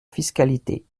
fiscalité